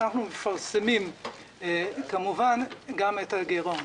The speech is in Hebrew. אנחנו מפרסמים כמובן גם את הגירעון.